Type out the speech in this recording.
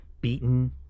beaten